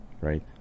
right